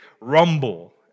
rumble